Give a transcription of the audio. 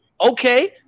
okay